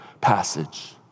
passage